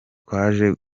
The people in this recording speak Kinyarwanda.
twaje